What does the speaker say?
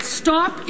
stop